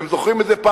אתם זוכרים את זה?